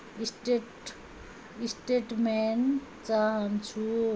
state statement चाहन्छु